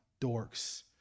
dorks